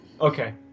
Okay